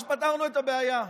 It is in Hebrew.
אז פתרנו את הבעיה.